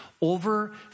over